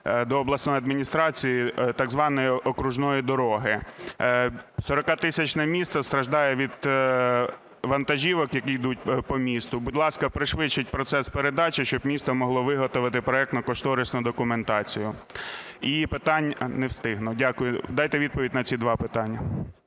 до обласної адміністрації так званої окружної дороги. 40-тисячне місто страждає від вантажівок, які йдуть по місту. Будь ласка, пришвидшіть процес передачі, щоб місто могло виготовити проектно-кошторисну документацію. І питання… Не встигну. Дякую. Дайте відповідь на ці два питання.